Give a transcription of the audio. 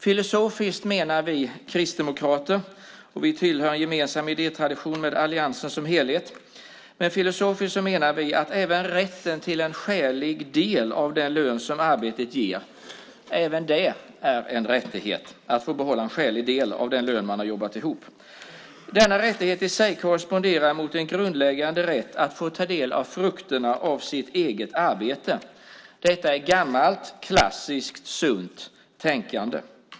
Filosofiskt menar vi kristdemokrater, och vi tillhör en gemensam idétradition med alliansen som helhet, att även att få behålla en skälig del av den lön som arbetet ger är en rättighet. Det handlar om att få behålla en skälig del av den lön man har jobbat ihop. Denna rättighet i sig korresponderar med en grundläggande rätt att få ta del av frukterna av sitt eget arbete. Detta är gammalt, klassiskt och sunt tänkande.